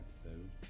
episode